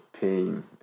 pain